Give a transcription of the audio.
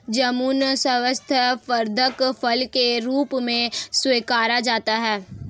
जामुन स्वास्थ्यवर्धक फल के रूप में स्वीकारा जाता है